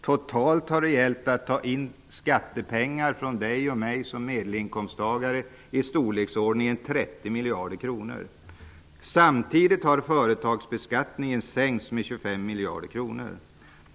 Totalt har det varit fråga om att få in skattepengar från medelinkomsttagare som dig och mig i storleksordningen 30 miljarder kronor. Samtidigt har företagsbeskattningen sänkts med 25 miljarder kronor.